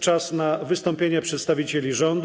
Czas na wystąpienia przedstawicieli rządu.